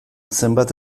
zenbat